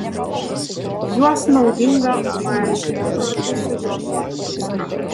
juos naudinga valgyti kartu su joduota druska